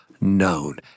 known